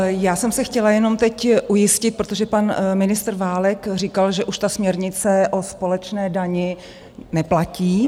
Já jsem se chtěla jenom teď ujistit, protože pan ministr Válek říkal, že už ta směrnice o společné dani neplatí.